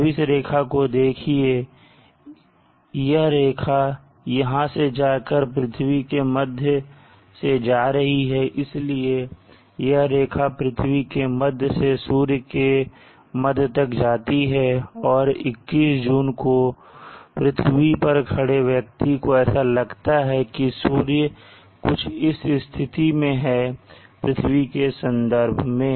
अब इस रेखा को देखिए यह रेखा यहां से जाकर पृथ्वी के मध्य से जा रही है इसलिए यह रेखा पृथ्वी के मध्य से सूर्य के मध्य तक जाती है और 21 जून को पृथ्वी पर खड़े व्यक्ति को ऐसा लगता है कि सूर्य कुछ इस स्थिति में है पृथ्वी के संदर्भ में